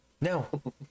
No